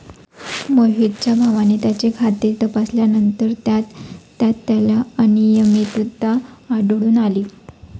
मोहितच्या भावाने त्याचे खाते तपासल्यानंतर त्यात त्याला अनियमितता आढळून आली